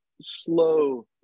slow